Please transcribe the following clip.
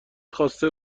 خواسته